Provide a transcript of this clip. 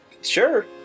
Sure